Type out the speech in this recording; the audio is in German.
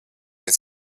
des